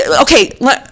Okay